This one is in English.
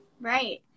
Right